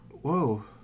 whoa